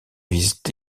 vise